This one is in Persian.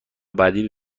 بعدی